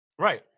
Right